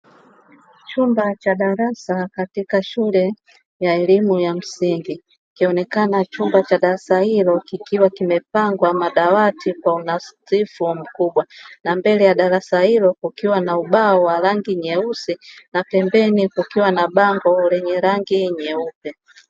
Chumba cha darasa katika shule ya elimu ya msingi, ikionekana chumba cha darasa lililo kikuwa kimepangwa madawati kwa unadhifu mkubwa na mbele ya darasa hilo, kukiwa na ubao wenye rangi nyeusi na pembeni kukiwa na bango lenye rangi nyeupe.